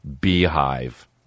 beehive